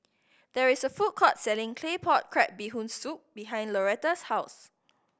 there is a food court selling Claypot Crab Bee Hoon Soup behind Lauretta's house